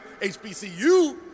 HBCU